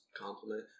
compliment